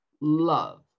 love